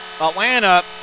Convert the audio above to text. Atlanta